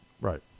right